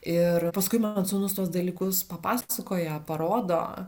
ir paskui mano sūnus tuos dalykus papasakoja parodo